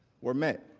were met.